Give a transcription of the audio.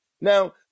Now